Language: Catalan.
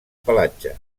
pelatge